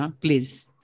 please